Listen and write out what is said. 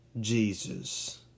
Jesus